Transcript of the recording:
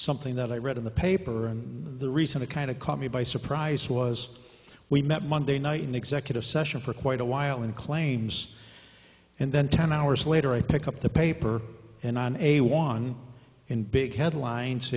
something that i read in the paper and the reason the kind of caught me by surprise was we met monday night in executive session for quite a while in claims and then ten hours later i pick up the paper and on a one in big headlines